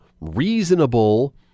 reasonable